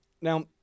Now